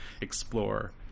explore